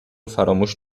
فراموش